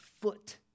foot